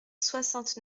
soixante